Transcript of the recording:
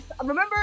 remember